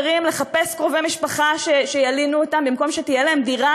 מדי שנה, מבלי שיהיה שום ביטחון במקום שבו הוא גר.